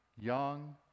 young